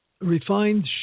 Refined